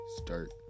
start